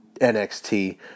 NXT